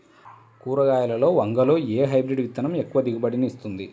కూరగాయలలో వంగలో ఏ హైబ్రిడ్ విత్తనం ఎక్కువ దిగుబడిని ఇస్తుంది?